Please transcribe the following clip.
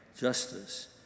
justice